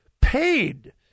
paid